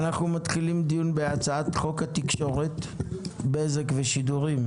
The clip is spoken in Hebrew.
אנחנו מתחילים דיון בנושא הצעת חוק התקשורת (בזק ושידורים)